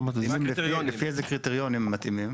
לפי איזה קריטריונים מתאימים?